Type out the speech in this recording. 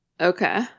Okay